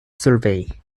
survey